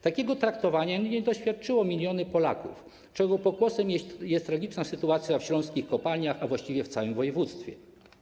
Takiego traktowania nie doświadczyły miliony Polaków, czego pokłosiem jest tragiczna sytuacja w śląskich kopalniach, a właściwie w całym województwie.